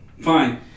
Fine